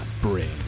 bring